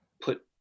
put